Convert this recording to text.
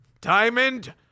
Diamond